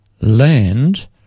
Land